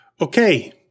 Okay